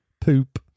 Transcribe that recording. Poop